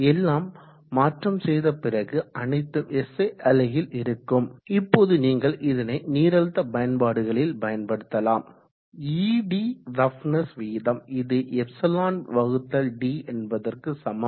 எல்லாம் மாற்றம் செய்த பிறகு அனைத்தும் SI அலகில் இருக்கும் இப்போது நீங்கள் இதனை நீரழுத்த பயன்பாடுகளில் பயன்படுத்தலாம் ed ரஃப்னஸ் விகிதம் இது ε d என்பதற்கு சமம்